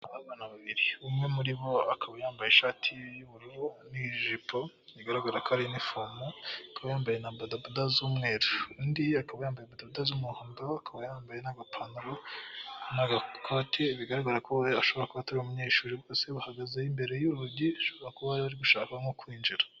Abana babiri umwe muri bo akaba yambaye ishati y'ubururu n'ijipo, bigaragara ko arinifomu, aka yambaye na bodaboda z'umweru. Undi akaba yambaye bodaboda z'umuhondo, akaba yambaye n'agapantaro n'agakoti bigaragara ko ashobora kuba we ashobora kuba atari umunyeshuri. Bose bahagaze imbere y'urugi bashobora kuba bari gushaka nko kwinjira.